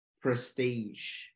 prestige